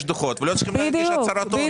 דוחות ולא צריכים להגיש הצהרת הון.